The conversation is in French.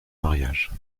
mariage